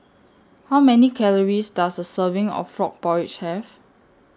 How Many Calories Does A Serving of Frog Porridge Have